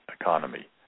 economy